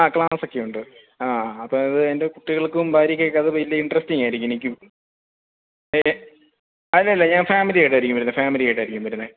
ആ ക്ലാസ് ഒക്കെയുണ്ട് ആ അപ്പം അത് എൻ്റെ കുട്ടികൾക്കും ഭാര്യക്കും ഒക്കെ അത് വലിയ ഇൻട്രസ്റ്റിംങ്ങ് ആയിരിക്കും എനിക്കും അതെ അല്ലല്ലാ ഞാൻ ഫാമിലിയായിട്ട് ആയിരിക്കും വരുന്നത് ഫാമിലിയായിട്ട് ആയിരിക്കും വരുന്നത്